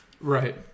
Right